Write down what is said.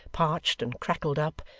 parched and crackled up,